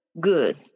good